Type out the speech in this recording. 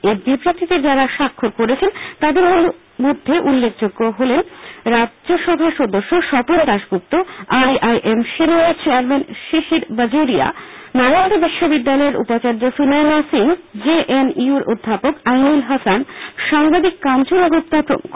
এই বিবৃতিতে যারা স্বাক্ষর করেছেন তাদের মধ্যে উল্লেখযোগ্য হলেন রাজ্যসভার সদস্য Swapan Dasgupta I I M Shillong এর চেয়ারম্যান শিশির বাজোরিয়া নালন্দা বিশ্ববিদ্যালয়ের উপাচার্য Sunayana Singh J N U র অধ্যাপক আইনূল হাসান সাংবাদিক কাঞ্চন গুপ্তা প্রমুখ